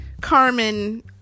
Carmen